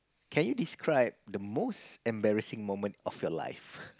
can you describe the most embarrassing moment of your life